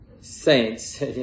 saints